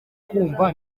kumva